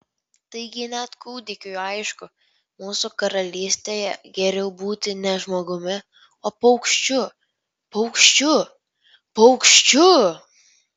taigi net kūdikiui aišku mūsų karalystėje geriau būti ne žmogumi o paukščiu paukščiu paukščiu